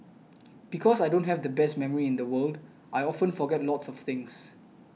because I don't have the best memory in the world I often forget lots of things